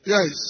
Yes